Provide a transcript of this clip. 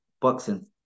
boxing